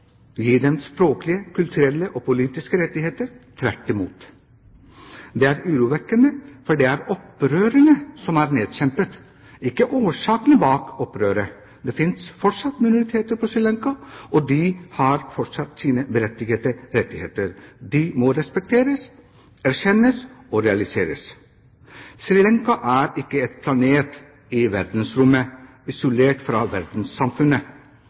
gi dem språklige, kulturelle og politiske rettigheter – tvert imot. Det er urovekkende, for det er opprørerne som er nedkjempet, ikke årsakene til opprøret. Det finnes fortsatt minoriteter på Sri Lanka, og de har sine berettigede rettigheter. Disse må respekteres, erkjennes og realiseres. Sri Lanka er ikke en planet i verdensrommet isolert fra verdenssamfunnet – Sri Lanka er en del av verdenssamfunnet.